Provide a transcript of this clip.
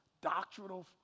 doctrinal